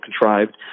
contrived